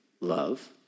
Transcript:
love